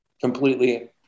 completely